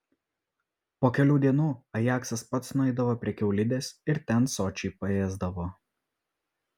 po kelių dienų ajaksas pats nueidavo prie kiaulidės ir ten sočiai paėsdavo